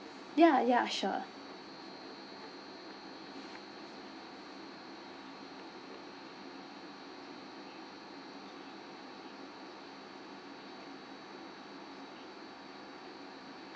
ya ya sure